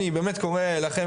אני קורא לכם,